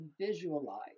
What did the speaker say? visualize